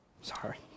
Sorry